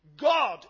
God